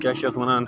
کیٛاہ چھِ اَتھ وَنان